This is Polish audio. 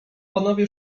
panowie